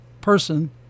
person